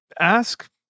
ask